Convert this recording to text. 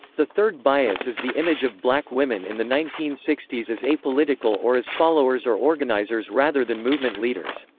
the third bias is the image of black women in the nineteen sixty s as apolitical or as followers or organizers rather than movement leaders.